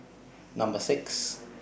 Number six